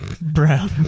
Brown